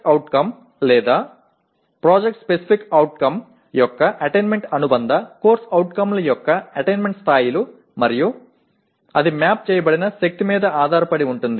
PO లేదా PSO యొక్క attainment అనుబంధ CO ల యొక్క అటైన్మెంట్ స్థాయిలు మరియు అది మ్యాప్ చేయబడిన శక్తి మీద ఆధారపడి ఉంటుంది